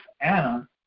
Anna